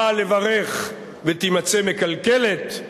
באה לברך ותימצא מקלקלת,